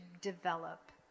develop